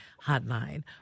hotline